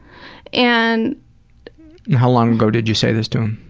and how long ago did you say this to